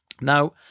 Now